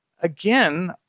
again